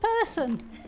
person